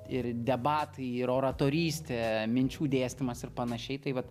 ir debatai ir oratorystė minčių dėstymas ir panašiai tai vat